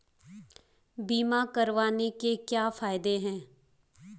बीमा करवाने के क्या फायदे हैं?